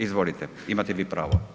Izvolite, imate vi pravo.